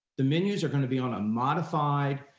the menus are gonna be on a modified,